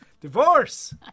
Divorce